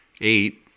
eight